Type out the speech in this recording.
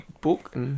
book